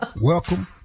welcome